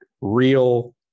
real